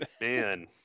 Man